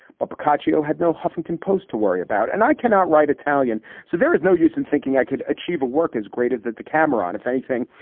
but boccaccio had no huffington post to worry about, and i cannot write italian. so there is no use in thinking i could achieve a work as great as that to cameron. if anything,